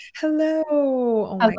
hello